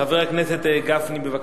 חבר הכנסת גפני, בבקשה.